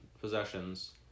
possessions